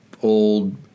Old